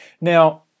Now